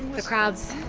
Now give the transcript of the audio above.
the crowds